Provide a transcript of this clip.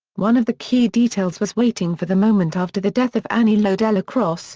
one of the key details was waiting for the moment after the death of aniello dellacroce,